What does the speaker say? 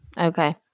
okay